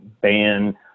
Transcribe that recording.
ban